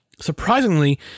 Surprisingly